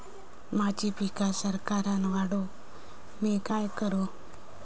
माझी पीक सराक्कन वाढूक मी काय करू?